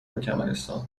ترکمنستان